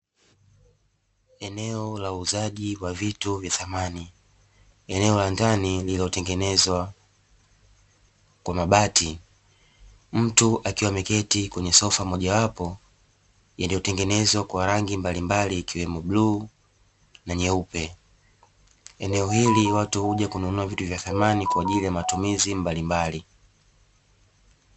Eneo la uuzaji wa vitu vya samani. Eneo la ndani lililotengenezwa kwa mabati, mtu akiwa ameketi katika sofa moja wapo yaliyo tengenezwa kwa rangi mbalimbali ikiwemo bluu na nyeupe. Eneo hili watu huja kununua vitu vya samani kwa ajili ya matumizi mbalimbali.